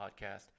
podcast